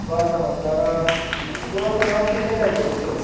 बारां मरला दा तुस सनाओ किन्ने पैसे देई ओड़गे तुस